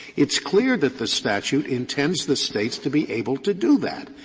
it's clear that the statute intends the states to be able to do that.